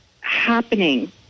happening